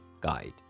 guide